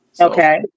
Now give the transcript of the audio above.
Okay